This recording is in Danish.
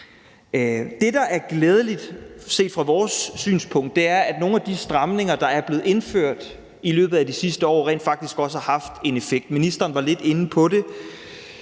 Det, der er glædeligt set fra vores synspunkt, er, at nogle af de stramninger, der blev indført i løbet af de sidste år, rent faktisk også har haft en effekt. Ministeren var lidt inde på det.